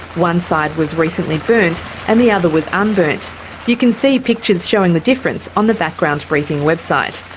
one side was recently burnt and the other was unburnt. you can see pictures showing the difference on the background briefing website.